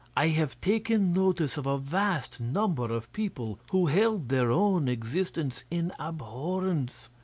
i have taken notice of a vast number of people who held their own existence in abhorrence,